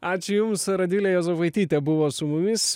ačiū jums radvilė juozapaitytė buvo su mumis